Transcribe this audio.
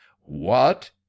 What